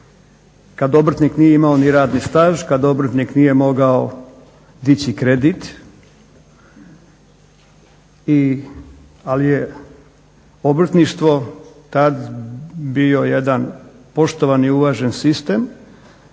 kada obrtnik nije imao ni radni staž, kada obrtnik nije mogao dići kredit. I, ali je obrtništvo tada bio jedan poštovani uvaženi sistem.